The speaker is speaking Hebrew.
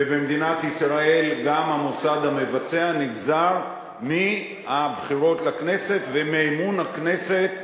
ובמדינת ישראל גם המוסד המבצע נגזר מהבחירות לכנסת ומאמון הכנסת בממשלה,